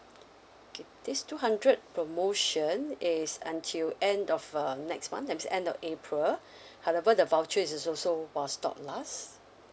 okay this two hundred promotion is until end of um next month that means end of april however the voucher is also while stock lasts